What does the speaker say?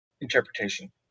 interpretation